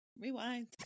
Rewind